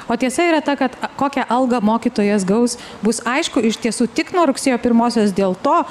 o tiesa yra ta kad kokią algą mokytojas gaus bus aišku iš tiesų tik nuo rugsėjo pirmosios dėl to